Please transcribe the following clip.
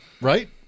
Right